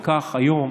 גם כך, היום